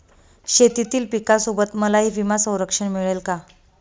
शेतीतील पिकासोबत मलाही विमा संरक्षण मिळेल का?